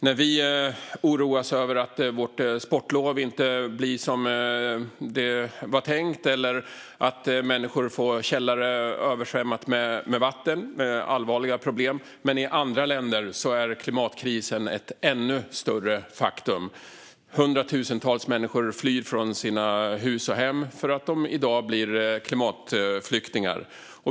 När vi oroas över att vårt sportlov inte blir som det var tänkt eller att människor får översvämmade källare kan det ses som allvarliga problem. Men i andra länder är klimatkrisen ett ännu större faktum. Hundratusentals människor flyr från hus och hem och blir i dag klimatflyktingar.